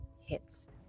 hits